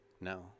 No